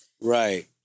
Right